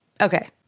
Okay